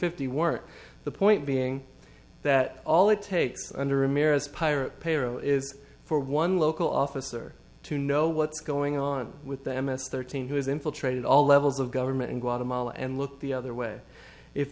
fifty work the point being that all it takes under america's pirate payroll is for one local officer to know what's going on with them as thirteen has infiltrated all levels of government in guatemala and look the other way if